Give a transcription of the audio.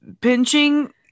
Pinching